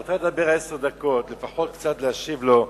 אני רוצה לדבר עשר דקות, לפחות קצת להשיב לו.